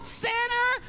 sinner